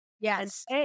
Yes